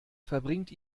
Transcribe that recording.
verbringt